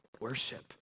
worship